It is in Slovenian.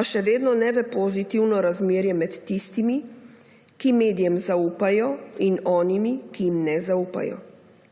a še vedno ne v pozitivno razmerje med tistimi, ki medijem zaupajo, in onimi, ki jim ne zaupajo.